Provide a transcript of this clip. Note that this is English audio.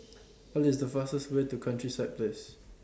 What IS The fastest Way to Countryside Place